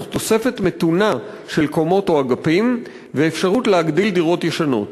תוך תוספת מתונה של קומות או אגפים ואפשרות להגדיל דירות ישנות.